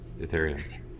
Ethereum